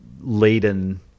laden